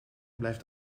blijft